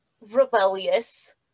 rebellious